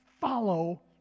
Follow